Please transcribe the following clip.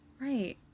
Right